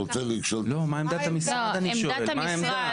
לא, מה עמדת המשרד אני שואל, מה העמדה?